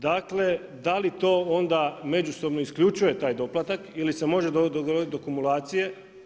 Dakle, da li to onda međusobno isključuje taj doplatak ili se može doći do kumulacije.